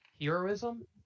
Heroism